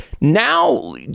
now